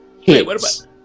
hits